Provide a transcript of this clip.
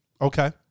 Okay